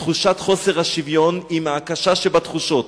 תחושת חוסר השוויון היא מהקשה שבתחושות,